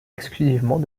exclusivement